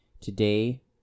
Today